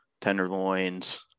tenderloins